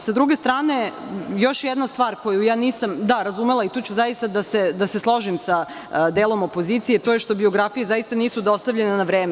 S druge strane, još jedna stvar koju nisam razumela i tu ću zaista da se složim sa delom opozicije, to je što biografije zaista nisu dostavljene na vreme.